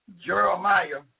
Jeremiah